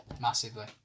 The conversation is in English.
massively